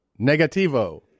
Negativo